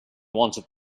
wanted